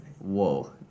whoa